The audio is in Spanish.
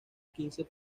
quince